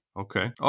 Okay